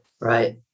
right